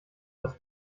das